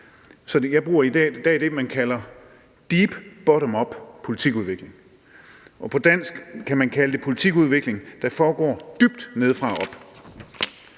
så jeg bruger i dag det, man kalder deep bottom up-politikudvikling. På dansk kan man kalde det politikudvikling, der sker dybt nedefra og